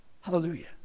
hallelujah